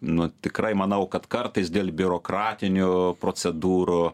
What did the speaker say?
nu tikrai manau kad kartais dėl biurokratinių procedūrų